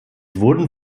wurden